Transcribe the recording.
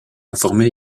informé